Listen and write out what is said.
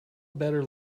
better